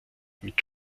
mit